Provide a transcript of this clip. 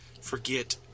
forget